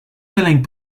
filling